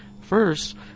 first